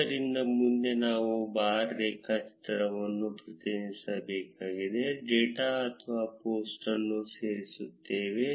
ಆದ್ದರಿಂದ ಮುಂದೆ ನಾವು ಬಾರ್ ರೇಖಾಚಿತ್ರನಲ್ಲಿ ಪ್ರತಿನಿಧಿಸಬೇಕಾದ ಡೇಟಾ ಅಥವಾ ಪೋಸ್ಟ್ ಅನ್ನು ಸೇರಿಸುತ್ತೇವೆ